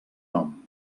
nom